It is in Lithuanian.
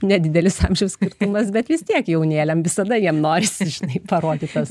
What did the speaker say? nedidelis amžiaus skirtumas bet vis tiek jaunėliam jisada jiem norisi žinai parodyt tas